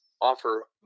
offer